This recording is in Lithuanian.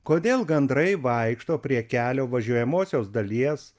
kodėl gandrai vaikšto prie kelio važiuojamosios dalies